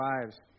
lives